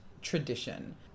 tradition